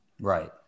Right